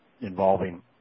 involving